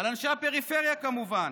על אנשי הפריפריה, כמובן.